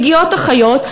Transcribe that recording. מגיעות אחיות,